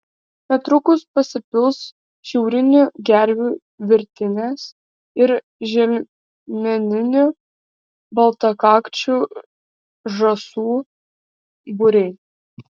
netrukus pasipils šiaurinių gervių virtinės ir želmeninių baltakakčių žąsų būriai